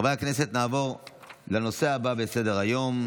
חברי הכנסת, נעבור לנושא הבא בסדר-היום,